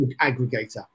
aggregator